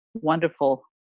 wonderful